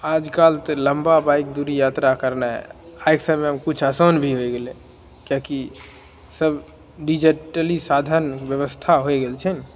आजकल तऽ लम्बा बाइक दुरी यात्रा करनाइ आइके समयमे किछु आसान भी होइ गेलै किएकी सब डिजटली साधन व्यवस्था होइ गेल छै